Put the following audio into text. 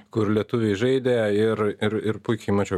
kur lietuviai žaidė ir ir ir puikiai mačiau